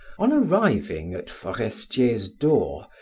on arriving at forestier's door,